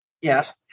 Yes